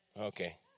Okay